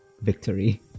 victory